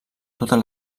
totes